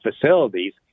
facilities